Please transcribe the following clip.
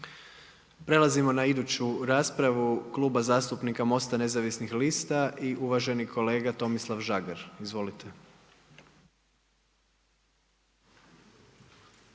Prelazimo na iduću raspravu Kluba zastupnika MOST-a nezavisnih lista i uvaženi kolega Tomislav Žagar. Izvolite.